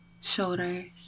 shoulders